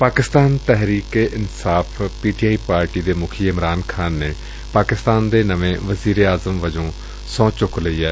Pakistan Tehreek e Insaf P T I party ਦੇ ਮੁਖੀ ਇਮਰਾਨ ਖ਼ਾਨ ਨੇ ਪਾਕਿਸਤਾਨ ਦੇ ਨਵੇਂ ਵਜ਼ੀਰ ਏ ਆਜ਼ਮ ਵਜੋ ਸਹੂੰ ਚੂੱਕ ਲਈ ਏ